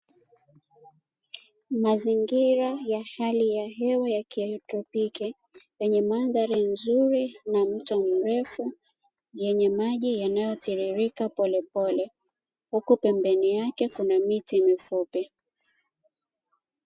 Mazingira ya hali ya hewa ya kitropiki nyenye mandhari nzuri na mto mrefu, yenye maji yanayotiririka polepole, huku pembeni yake kuna miti mifupi.